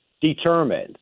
determined